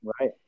right